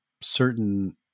certain